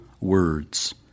words